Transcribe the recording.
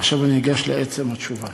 עכשיו אני אגש לעצם התשובה.